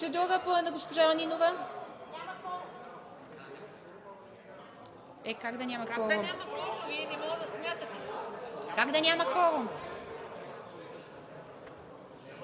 Как да няма кворум?